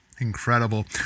Incredible